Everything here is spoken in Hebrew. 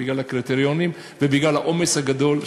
בגלל הקריטריונים ובגלל העומס הגדול,